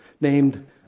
named